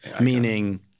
Meaning